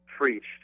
preached